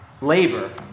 labor